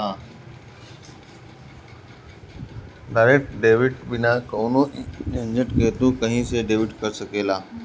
direct debit बिना कवनो झंझट के तू कही से डेबिट कर सकेला